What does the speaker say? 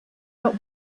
not